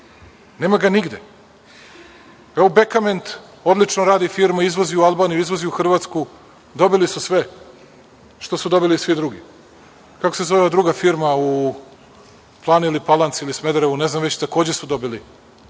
Nema ga nigde. Evo „Bekament“ odlično radi. Firma izvozi u Albaniju, izvozi u Hrvatsku. Dobili su sve što su dobili i svi drugi. Kako se zove ova druga firma u Plani ili Palanci ili Smederevu, ne znam već, takođe su dobili